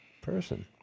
person